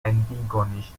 antigonish